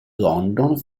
london